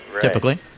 typically